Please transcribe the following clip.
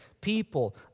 people